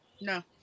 No